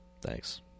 Thanks